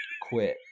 quit